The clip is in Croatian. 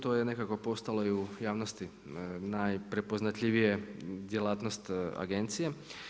To je nekako postalo i u javnosti neprepoznatljivije djelatnost agencije.